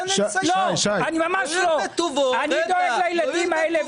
אני דואג לילדים האלה.